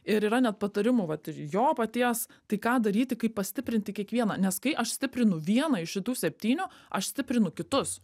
ir yra net patarimų vat ir jo paties tai ką daryti kaip pastiprinti kiekvieną nes kai aš stiprinu vieną iš šitų septynių aš stiprinu kitus